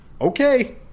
Okay